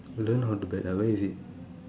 learn how to bet ah where is it